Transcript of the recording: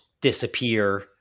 disappear